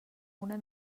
una